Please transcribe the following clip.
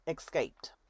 escaped